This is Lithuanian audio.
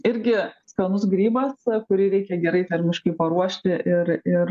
irgi skanus grybas kurį reikia gerai termiškai paruošti ir ir